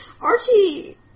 Archie